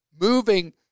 Moving